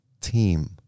team